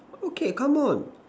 okay come on